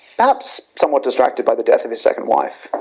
perhaps, somewhat distracted by the death of his second wife.